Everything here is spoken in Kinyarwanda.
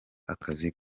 akazi